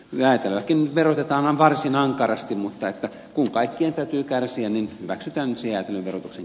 jäätelöäkin verotetaan varsin ankarasti mutta kun kaikkien täytyy kärsiä niin hyväksytäänsiä verotuksen